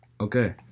Okay